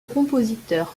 compositeur